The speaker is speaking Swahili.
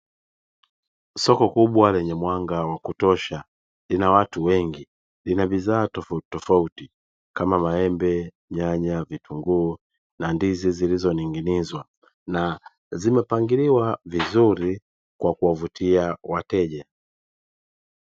Soko kubwa lenye mwanga wa kutosha, lina watu wengi lina bidhaa tofautitofauti kama maembe, nyanya, vitunguu na ndizi zilizoning’inizwa na zimepangiliwa vizuri kwa kuwavutia wateja.